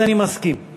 בבקשה, אדוני.